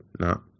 No